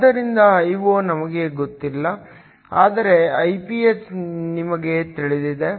ಆದ್ದರಿಂದ Io ನಮಗೆ ಗೊತ್ತಿಲ್ಲ ಆದರೆ Iph ನಮಗೆ ತಿಳಿದಿದೆ